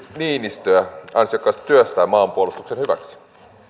niinistöä ansiokkaasta työstään maanpuolustuksen hyväksi